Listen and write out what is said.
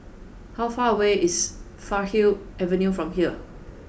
how far away is Farleigh Avenue from here